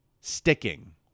sticking